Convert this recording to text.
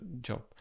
job